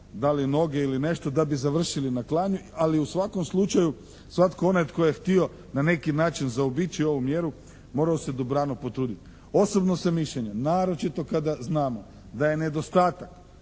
da li noge ili nešto da bi završili na klanju ali u svakom slučaju svatko onaj tko je htio na neki način zaobići ovu mjeru morao se dobrano potruditi. Osobno sam mišljenja naročito kada znamo da je nedostatak